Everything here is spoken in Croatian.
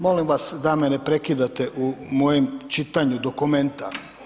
Molim vas da me ne prekidate u mojem čitanju dokumenta.